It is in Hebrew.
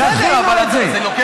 דחינו את זה.